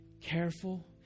careful